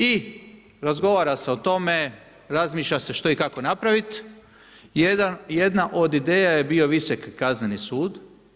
I razgovara se o tome, razmišlja se što i kako napraviti, jedna od ideja je bio Visoki kazneni sud.